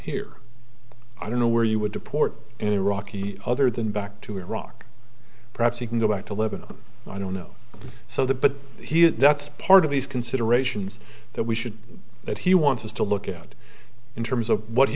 here i don't know where you would deport in iraq he other than back to iraq perhaps he can go back to lebanon i don't know so the but he that's part of these considerations that we should that he wants us to look at in terms of what he